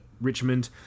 Richmond